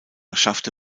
schaffte